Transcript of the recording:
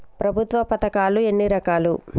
ప్రభుత్వ పథకాలు ఎన్ని రకాలు?